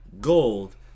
gold